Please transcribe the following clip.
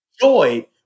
joy